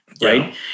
right